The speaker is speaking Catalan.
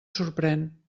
sorprèn